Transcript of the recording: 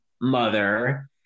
mother